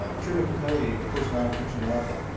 ah truman capote, the the first non-fiction novel,